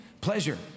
Pleasure